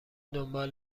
دنبال